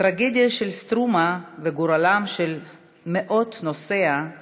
הטרגדיה של "סטרומה" וגורלם של מאות נוסעיה